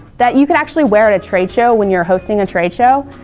that you can actually wear at a trade show when you're hosting a trade show.